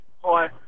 Hi